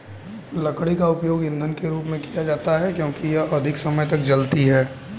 लकड़ी का उपयोग ईंधन के रूप में किया जाता है क्योंकि यह अधिक समय तक जलती है